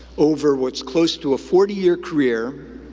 over what's close to a forty year career,